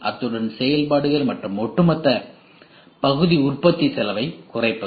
அத்துடன் செயல்பாடுகள் மற்றும் ஒட்டுமொத்த பகுதி உற்பத்தி செலவைக் குறைப்பது